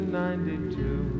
ninety-two